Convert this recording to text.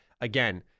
again